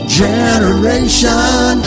generation